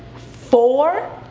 four,